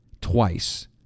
twice